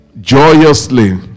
joyously